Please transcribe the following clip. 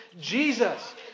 Jesus